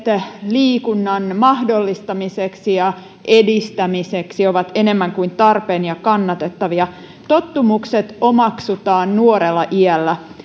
liikunnan mahdollistamiseksi ja edistämiseksi ovat enemmän kuin tarpeen ja kannatettavia tottumukset omaksutaan nuorella iällä